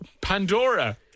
Pandora